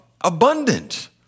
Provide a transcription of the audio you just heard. abundant